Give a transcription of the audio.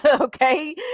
okay